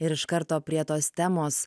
ir iš karto prie tos temos